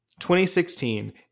2016